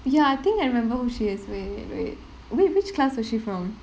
ya I think I remember who she is wait wait wait wi~ which class was she from